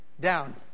down